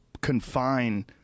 confine